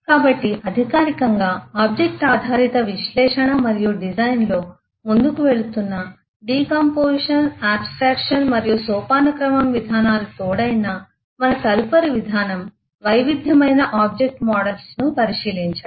కాబట్టి అధికారికంగా ఆబ్జెక్ట్ ఆధారిత విశ్లేషణ మరియు డిజైన్ లో ముందుకు వెళుతున్న డికాంపొజిషన్ ఆబ్స్ట్రక్షన్ మరియు సోపానక్రమం విధానాలు తోడైన మన తదుపరి విధానం వైవిధ్యమైన ఆబ్జెక్ట్ మోడల్స్ ను పరిశీలించడం